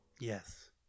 Yes